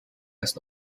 erst